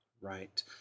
Right